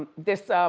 this